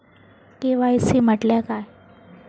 KYC म्हटल्या काय?